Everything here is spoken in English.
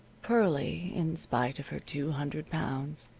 pearlie, in spite of her two hundred pounds,